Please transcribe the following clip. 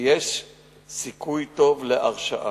ויש סיכוי טוב להרשעה.